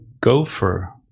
Gopher